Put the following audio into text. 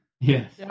Yes